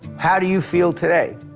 how do you feel today?